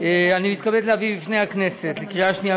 אני מתכבד להביא בפני הכנסת לקריאה שנייה